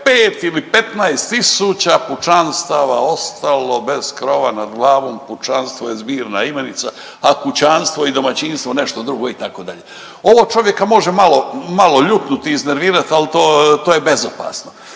pet ili 15 tisuća pučanstava ostalo bez krova nad glavom. Pučanstvo je zbirna imenica, a kućanstvo i domaćinstvo nešto drugo itd., ovo čovjeka može malo ljutnut i iznervirat al to je bezopasno.